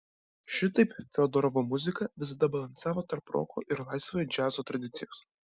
šitaip fiodorovo muzika visada balansavo tarp roko ir laisvojo džiazo tradicijos